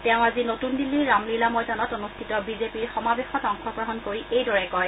তেওঁ আজি নতন দিল্লীৰ ৰামলীলা ময়দানত অনুষ্ঠিত বিজেপিৰ সমাবেশত অংশগ্ৰহণ কৰি এইদৰে কয়